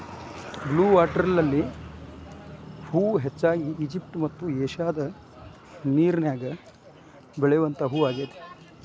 blue water lily ಹೂ ಹೆಚ್ಚಾಗಿ Egypt ಮತ್ತ ಏಷ್ಯಾದಾಗ ನೇರಿನ್ಯಾಗ ಬೆಳಿವಂತ ಹೂ ಆಗೇತಿ